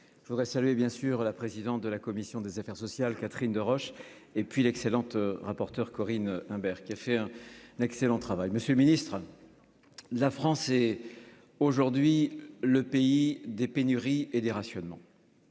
je voudrais saluer bien sûr, la présidente de la commission des affaires sociales, Catherine Deroche et puis l'excellente rapporteure Corinne Imbert qui a fait un excellent travail, monsieur le Ministre, la France est aujourd'hui le pays des pénuries et des rationnements.